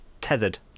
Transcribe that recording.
tethered